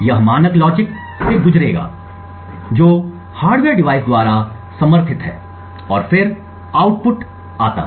यह मानक लॉजिक से गुजरेगा जो हार्डवेयर डिवाइस द्वारा समर्थित है और फिर आउटपुट जाता है